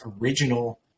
original